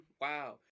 Wow